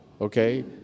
okay